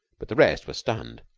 but the rest were stunned.